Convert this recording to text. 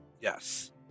Yes